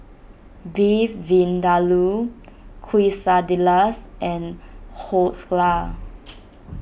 Beef Vindaloo Quesadillas and Dhokla